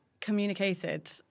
communicated